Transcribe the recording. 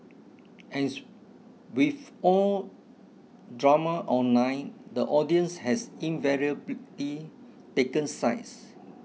as with all drama online the audience has invariably taken sides